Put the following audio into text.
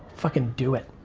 fucking do it.